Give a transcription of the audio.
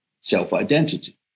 self-identity